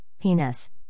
penis